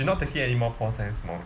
she not taking anymore pol science mod